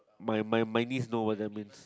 my my niece know what get means